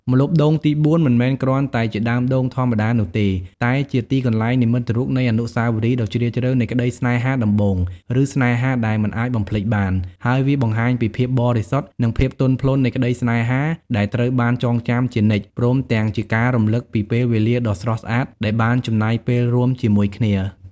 ម្លប់ដូងទីបួ មិនមែនគ្រាន់តែជាដើមដូងធម្មតានោះទេ តែជាទីកន្លែងនិមិត្តរូបនៃអនុស្សាវរីយ៍ដ៏ជ្រាលជ្រៅនៃក្តីស្នេហាដំបូង ឬស្នេហាដែលមិនអាចបំភ្លេចបាន ហើយវាបង្ហាញពីភាពបរិសុទ្ធ និងភាពទន់ភ្លន់នៃក្តីស្នេហា ដែលត្រូវបានចងចាំជានិច្ច ព្រមទាំងជាការរំលឹកពីពេលវេលាដ៏ស្រស់ស្អាតដែលបានចំណាយពេលរួមជាមួយគ្នា។